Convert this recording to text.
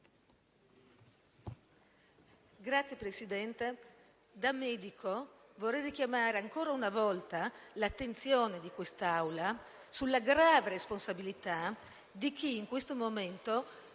Signor Presidente, da medico vorrei richiamare ancora una volta l'attenzione di quest'Aula sulla grave responsabilità di chi in questo momento sceglie